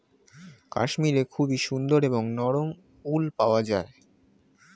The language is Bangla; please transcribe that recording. কাশ্মীরে খুবই সুন্দর এবং নরম উল পাওয়া যায়